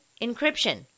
encryption